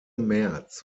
märz